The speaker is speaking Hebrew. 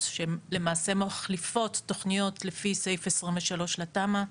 שהן למעשה מחליפות תכניות לפי סעיף 23 לתמ"א 38,